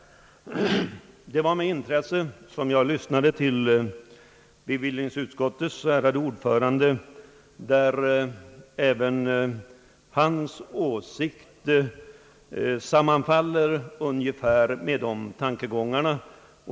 Det var med intresse jag lyssnade till bevillningsutskottets ärade ordförande och fann att hans åsikter ungefär sammanfaller med dessa tankegångar.